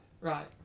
Right